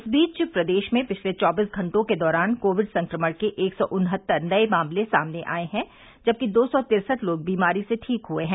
इस बीच प्रदेश में पिछले चौबीस घंटों के दौरान कोविड संक्रमण के एक सौ उनहत्तर नये मामले सामने आये हैं जबकि दो सौ तिरसठ लोग बीमारी से ठीक हुये हैं